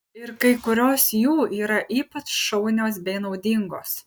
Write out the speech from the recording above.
ir kai kurios jų yra ypač šaunios bei naudingos